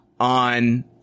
on